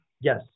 yes